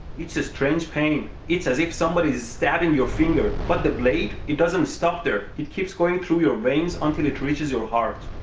it's a strange pain. it's as if somebody is stabbing your finger. but the blade it doesn't stop there. it keeps going through your veins until it reaches your heart.